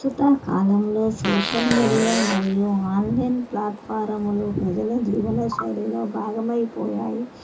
ప్రస్తుత కాలంలో social media మరియు ఆన్లైన్ ప్లాట్ఫారములు ప్రజల జీవనశైలిలో భాగమైపోయాయి